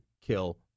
kill